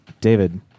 David